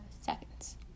seconds